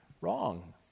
Wrong